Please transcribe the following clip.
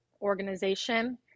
organization